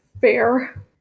fair